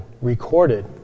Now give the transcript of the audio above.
recorded